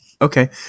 Okay